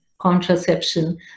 contraception